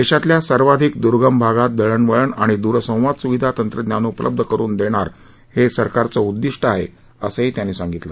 देशातल्या सर्वाधिक दुर्गम भागात दळणवळण आणि दूरसंवाद सुविधा तंत्रज्ञान उपलब्ध करुन देणार हे सरकारचं उद्दिष्ट आहे असं त्यांनी सांगितलं